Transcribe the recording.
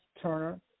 Turner